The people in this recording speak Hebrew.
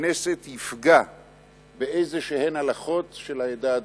הכנסת יפגע בהלכות כלשהן של העדה הדרוזית.